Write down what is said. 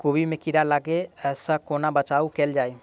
कोबी मे कीड़ा लागै सअ कोना बचाऊ कैल जाएँ?